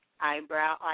eyebrow